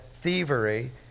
thievery